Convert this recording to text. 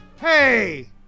Hey